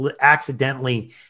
accidentally